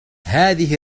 هذه